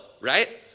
right